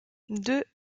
deux